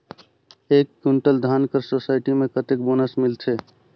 एक कुंटल धान कर सोसायटी मे कतेक बोनस मिलथे?